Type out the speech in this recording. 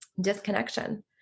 disconnection